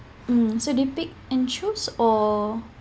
mm so did you pick and choose or